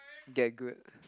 get good